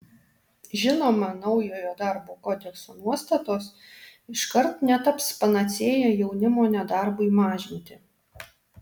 žinoma naujojo darbo kodekso nuostatos iškart netaps panacėja jaunimo nedarbui mažinti